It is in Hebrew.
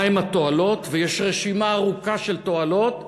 מה הן התועלות, ויש רשימה ארוכה של תועלות,